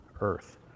Earth